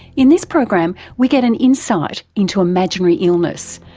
in this program we get an insight into imaginary illness,